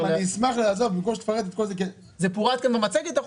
זה פורט במצגת.